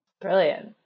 Brilliant